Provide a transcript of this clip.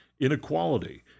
inequality